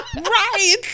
right